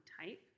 type